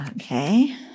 Okay